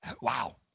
Wow